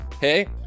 hey